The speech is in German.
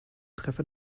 treffer